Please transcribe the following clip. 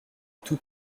toute